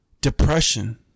depression